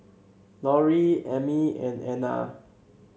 Lorrie Emmie and Anna